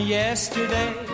yesterday